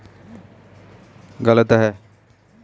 गरेड़िया के पेशे को कई धर्मों में बहुत सम्मान मिला है